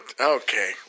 okay